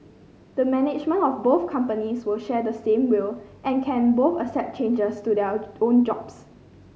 the management of both companies will share the same will and can both accept changes to their own jobs